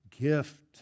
gift